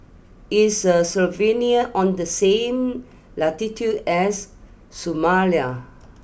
is the Slovenia on the same latitude as Somalia